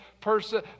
person